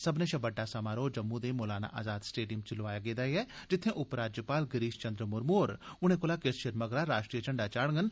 सब्बने शा बड्डा समारोह जम्मू दे मौलाना अजाद स्टेडियम च लोआया गेदा ऐ जित्थे उपराज्यपाल गिरीश चंद्र मुर्मु होर ह्नै कोला किश चिर मगरा राश्ट्रीय झंडा चाडडन